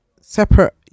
separate